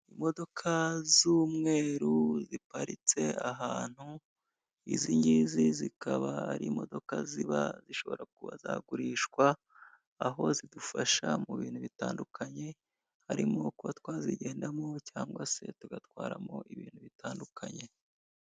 Imodoka z'umweru ziparitse ahantu izingizi zikaba ari imodoka ziba zishobora kuba zagurishwa aho zidufasha mu bintu bitandukanye harimo kuba twazigendamo cyangwa se tugatwaramo ibintu bitandukanye.